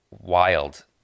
wild